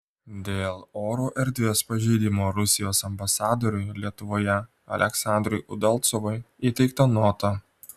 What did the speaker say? dėl oro erdvės pažeidimo rusijos ambasadoriui lietuvoje aleksandrui udalcovui įteikta nota